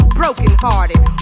brokenhearted